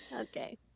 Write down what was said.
okay